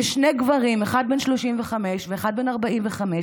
ששני גברים, אחד בן 35 ואחד בן 45,